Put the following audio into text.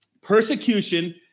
persecution